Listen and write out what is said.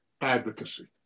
advocacy